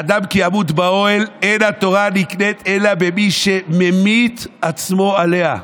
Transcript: "אדם כי ימות באוהל" "אין התורה נקנית אלא במי שממית עצמו עליה".